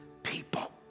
people